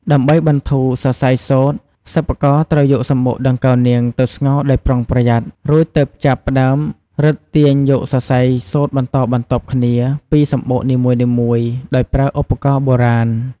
ដើម្បីបន្ធូរសរសៃសូត្រ សិប្បករត្រូវយកសំបុកដង្កូវនាងទៅស្ងោរដោយប្រុងប្រយ័ត្ន រួចទើបចាប់ផ្ដើមរឹតទាញយកសរសៃសូត្របន្តបន្ទាប់គ្នាពីសំបុកនីមួយៗ ដោយប្រើឧបករណ៍បុរាណ។